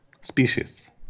Species